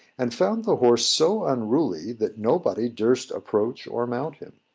and found the horse so unruly, that nobody durst approach or mount him.